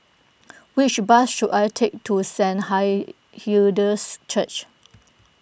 which bus should I take to Saint Hi Hilda's Church